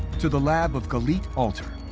to the lab of galit alter.